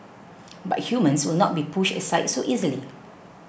but humans will not be pushed aside so easily